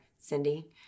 Cindy